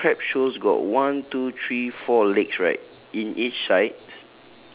cause the crab shows got one two three four legs right in each side